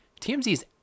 TMZ's